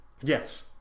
Yes